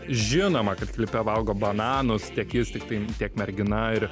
žinoma kad klipe valgo bananus tiek jis tiktai tiek n mergina ir